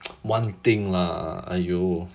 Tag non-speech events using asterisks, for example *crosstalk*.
*noise* one thing lah !aiyo!